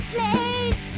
Place